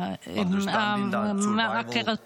ובעת ובעונה אחת, המשך החתירה לעתיד טוב יותר.